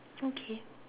okay